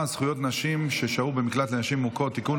(זכויות נשים ששהו במקלט לנשים מוכות) (תיקון,